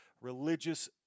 religious